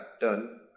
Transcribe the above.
done